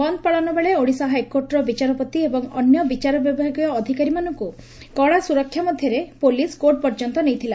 ବନ୍ଦ ପାଳନ ବେଳେ ଓଡ଼ିଶା ହାଇକୋର୍ଟର ବିଚାରପତି ଏବଂ ଅନ୍ୟ ବିଚାରବିଭାଗୀୟ ଅଧିକାରୀମାନଙ୍କୁ କଡ଼ା ସୁରକ୍ଷା ମଧ୍ୟରେ ପୋଲିସ୍ କୋର୍ଟ ପର୍ଯ୍ୟନ୍ତ ନେଇଥିଲା